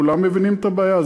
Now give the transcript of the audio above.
כולם מבינים את הבעיה.